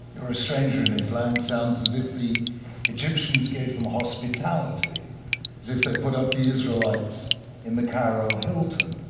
you're a stranger in his land sounds as if the egyptians gave them hospitality, as if they put up the israelites in the cairo hilton,